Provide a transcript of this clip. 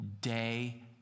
day